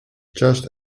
just